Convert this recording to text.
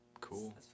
Cool